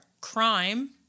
crime